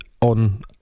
on